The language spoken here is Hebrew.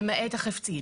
למעט החפצי.